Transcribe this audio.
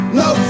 no